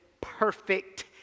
perfect